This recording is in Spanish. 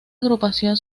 agrupación